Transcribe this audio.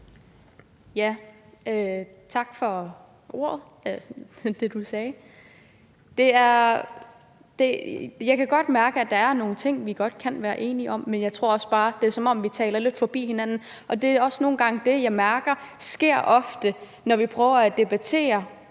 og tak for det, ordføreren sagde. Jeg kan godt mærke, at der er nogle ting, vi godt kan være enige om, men det er, som om vi taler lidt forbi hinanden. Og det er også nogle gange det, jeg mærker ofte sker, når vi prøver at debattere,